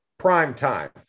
PRIMETIME